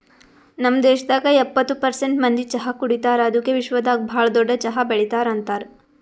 ನಮ್ ದೇಶದಾಗ್ ಎಪ್ಪತ್ತು ಪರ್ಸೆಂಟ್ ಮಂದಿ ಚಹಾ ಕುಡಿತಾರ್ ಅದುಕೆ ವಿಶ್ವದಾಗ್ ಭಾಳ ದೊಡ್ಡ ಚಹಾ ಬೆಳಿತಾರ್ ಅಂತರ್